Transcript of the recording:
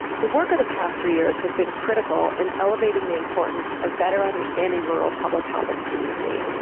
the work of the past three years has been critical in elevating the importance of better understanding rural public health at cdc.